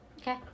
Okay